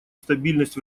стабильность